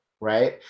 Right